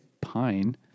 pine